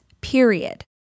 period